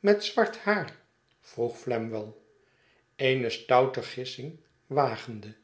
met zwart haar vroeg flamwell eene stoute gissing wagende